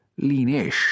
leanish